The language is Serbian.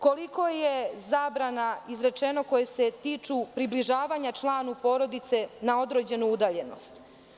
Koliko je zabrana izrečeno koje se tiču približavanja članu porodice na određenu udaljenost?